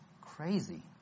crazy